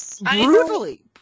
brutally